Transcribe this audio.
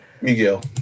Miguel